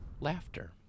laughter